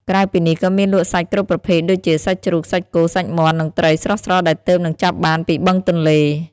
ក្រៅពីនេះ ក៏មានលក់សាច់គ្រប់ប្រភេទ ដូចជា សាច់ជ្រូក សាច់គោ សាច់មាន់ និងត្រីស្រស់ៗដែលទើបនឹងចាប់បានពីបឹងទន្លេ។